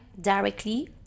directly